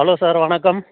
hello sir வணக்கம்